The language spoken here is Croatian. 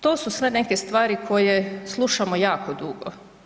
To su sve neke stvari koje slušamo jako dugo.